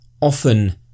often